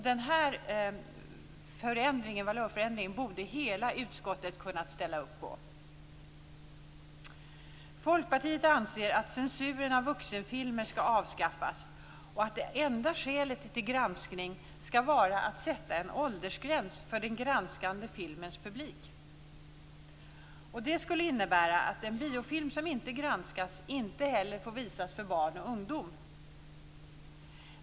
Den här valörförändringen borde hela utskottet ha kunnat ställa upp på. Folkpartiet anser att censuren av vuxenfilmer skall avskaffas och att det enda skälet till granskning skall vara att sätta en åldersgräns för den granskade filmens publik. Det skulle innebära att en biofilm som inte har granskats inte heller får visas för barn och ungdom.